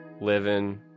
Living